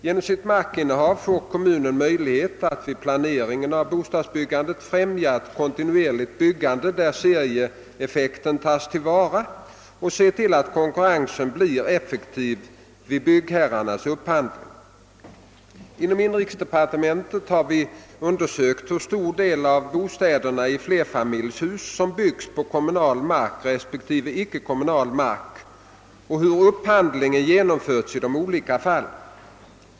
Genom sitt markinnehav får kommunen möjlighet att vid planeringen av bostadsbyggandet främja ett kontinuerligt byggande, där serieeffekten tas till vara, och att se till att konkurrensen blir effektiv vid byggherrarnas upphandling. Inom inrikesdepartementet har vi undersökt hur stor del av bostäderna i flerfamiljshus som byggs på kommunal mark respektive icke kommunal mark och hur upphandlingen genomförts i dessa olika fall.